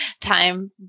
time